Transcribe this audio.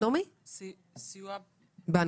אין לנו